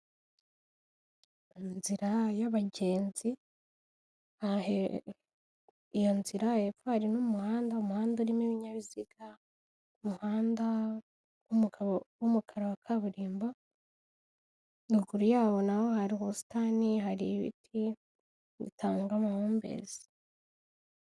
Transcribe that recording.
Inzira y'abagenzi iyo nzira hepfo harimo umuhanda, umuhanda urimo ibinyabiziga, umuhanda w'umukara wa kaburimbo, ruguru yaho naho hari ubusitani hari ibiti bitanga amahumbezi.